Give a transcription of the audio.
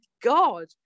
God